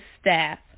staff